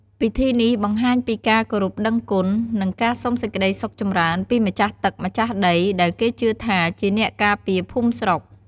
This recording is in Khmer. ពិធីនេះបង្ហាញពីការគោរពដឹងគុណ និងការសុំសេចក្តីសុខចម្រើនពីម្ចាស់ទឹកម្ចាស់ដី ដែលគេជឿថាជាអ្នកការពារភូមិស្រុក។